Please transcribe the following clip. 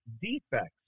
defects